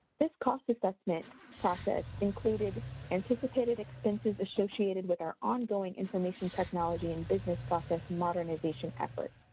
this cost assessment process included anticipated expenses associated with our ongoing information technology and business process modernization effort.